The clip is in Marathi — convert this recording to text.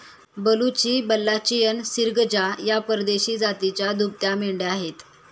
बलुची, बल्लाचियन, सिर्गजा या परदेशी जातीच्या दुभत्या मेंढ्या आहेत